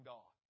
God